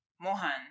Mohan